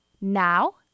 Now